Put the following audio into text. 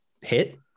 hit